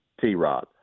T-Rod